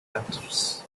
gutters